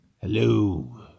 hello